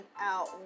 out